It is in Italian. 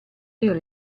per